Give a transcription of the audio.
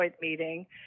meeting